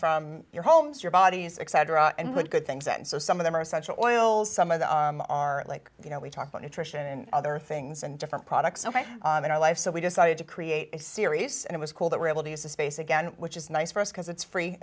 from your homes your bodies etc and with good things and so some of them are essential oils some of them are like you know we talk about nutrition and other things and different products ok in our life so we decided to create a series and it was cool that we're able to use the space again which is nice for us because it's free